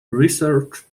research